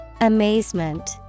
Amazement